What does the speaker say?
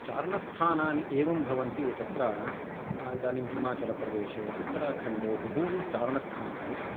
चारणस्थानानि एवं भवन्ति तत्र इदानिं हिमाचलप्रदेशे उत्तराखण्डे बहूनि चारणस्थानानि सन्ति